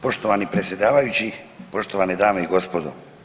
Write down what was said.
Poštovani predsjedavajući, poštovane dame i gospodo.